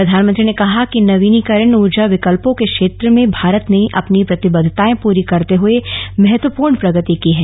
प्रधानमंत्री ने कहा कि नवीकरणीय ऊर्जा विकल्पों के क्षेत्र में भारत ने अपनी प्रतिबद्धताएं पूरी करते हए महत्वपूर्ण प्रगति की है